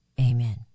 Amen